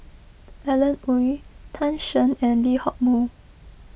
Alan Oei Tan Shen and Lee Hock Moh